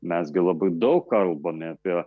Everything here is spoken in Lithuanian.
mes gi labai daug kalbame apie